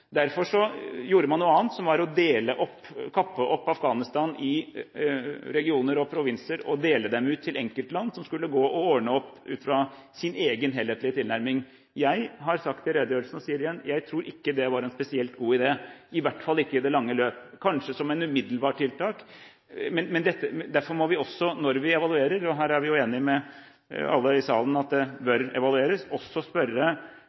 Derfor gjorde man noe annet – man delte opp, kappet opp, Afghanistan i regioner og provinser og delte dem ut til enkeltland, som skulle gå og ordne opp ut fra sin egen helhetlige tilnærming. Jeg har sagt i redegjørelsen, og sier det igjen, jeg tror ikke det var noen spesielt god idé, i hvert fall ikke i det lange løp – kanskje som et umiddelbart tiltak. Men derfor må vi også, når vi evaluerer, og alle i salen er jo enige om at det